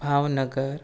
Bhavnagar